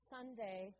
Sunday